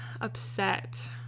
upset